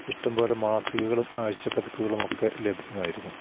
ഇഷ്ടംപോലെ മാസികകളും ആഴ്ചപതിപ്പുകളും ഒക്കെ ലഭ്യമായിരുന്നു